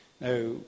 Now